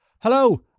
Hello